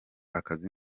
akazi